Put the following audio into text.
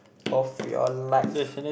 of your life